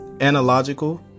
Analogical